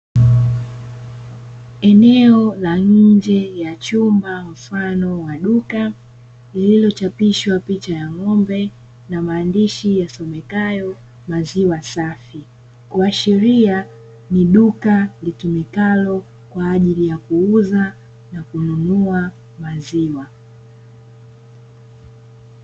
Eneo la nje ya chumba mfano wa duka, lililochapishwa picha ya ng'ombe na maandishi yasomekayo, maziwa safi. Kuashiria ni duka litumikalo kwa ajili ya kuuza na kununua maziwa.